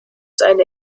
seine